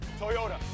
Toyota